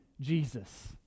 Jesus